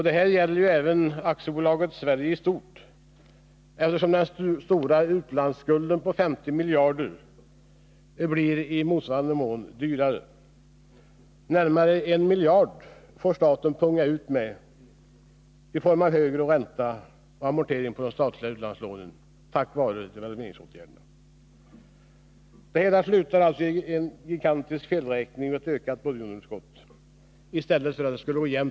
Detta gäller även för AB Sverige i stort, eftersom den stora utlandsskulden på 50 miljarder kronor i motsvarande mån blir dyrare. Närmare 1 miljard extra får staten punga ut med i form av högre ränta och amortering på de statliga utlandslånen på grund av devalveringsåtgärden. Det hela slutar alltså i en gigantisk felräkning och ett ökat budgetunderskott, i stället för att det skulle ha gått j med.